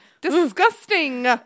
Disgusting